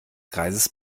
kreises